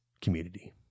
Community